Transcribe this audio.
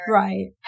right